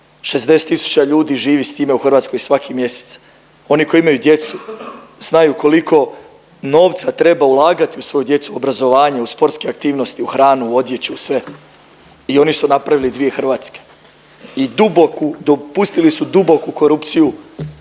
tisuća ljudi živi s time u Hrvatskoj svaki mjesec. Oni koji imaju djecu znaju koliko novca treba ulagat u svoju djecu, u obrazovanje, u sportske aktivnosti, u hranu, odjeću, u sve. I oni su napravili dvije Hrvatske i duboku, dopustili su duboku korupciju